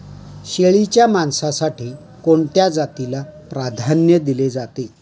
शेळीच्या मांसासाठी कोणत्या जातीला प्राधान्य दिले जाते?